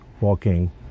walking